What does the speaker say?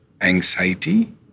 Anxiety